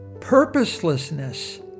purposelessness